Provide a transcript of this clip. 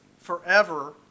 forever